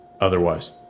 Otherwise